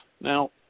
Now